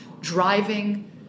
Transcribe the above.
driving